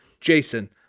Jason